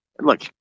Look